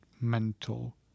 mental